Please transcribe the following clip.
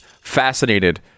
fascinated